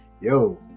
yo